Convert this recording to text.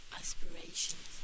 aspirations